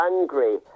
angry